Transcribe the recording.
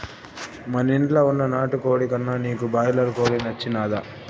మనింట్ల వున్న నాటుకోడి కన్నా నీకు బాయిలర్ కోడి నచ్చినాదా